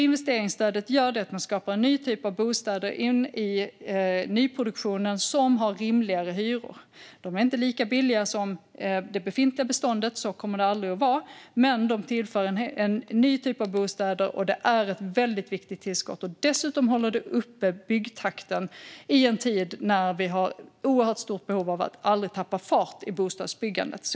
Investeringsstödet skapar en ny typ av bostäder in i nyproduktionen som har rimligare hyror. De är inte lika billiga som i det befintliga beståndet - så kommer det aldrig att vara - men de tillför en ny typ av bostäder, och det är ett väldigt viktigt tillskott. Dessutom håller det byggtakten uppe i en tid när vi har ett oerhört stort behov av att inte tappa fart i bostadsbyggandet.